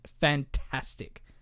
fantastic